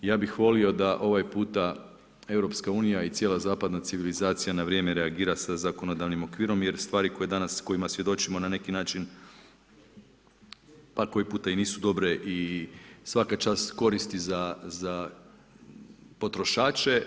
Ja bih volio da ovaj puta Europska unija i cijela zapadna civilizacija na vrijeme reagira sa zakonodavnim okvirom jer stvari koje danas, kojima svjedočimo na neki način pa koji puta i nisu dobre i svaka čast koristi za potrošače.